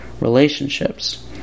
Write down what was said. relationships